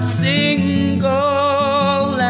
single